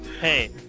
Hey